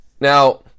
now